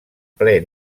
ple